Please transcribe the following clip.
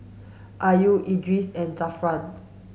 Ayu Idris and Zafran